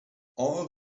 all